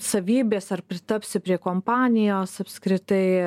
savybės ar pritapsi prie kompanijos apskritai